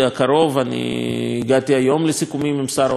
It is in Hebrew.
הגעתי היום לסיכומים עם שר האוצר שהם